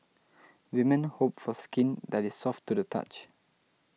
women hope for skin that is soft to the touch